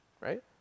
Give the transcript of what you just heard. right